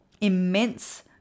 immense